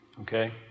Okay